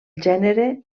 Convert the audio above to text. gènere